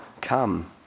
come